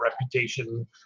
reputation